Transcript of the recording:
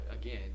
again